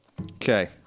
Okay